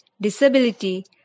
disability